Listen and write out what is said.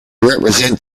represent